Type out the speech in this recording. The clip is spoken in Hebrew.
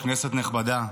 כנסת נכבדה,